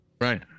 Right